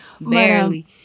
Barely